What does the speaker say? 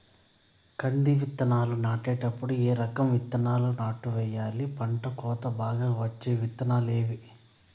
కంది విత్తనాలు నాటేటప్పుడు ఏ రకం విత్తనాలు నాటుకోవాలి, పంట కోత బాగా వచ్చే విత్తనాలు ఏవీ?